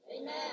Amen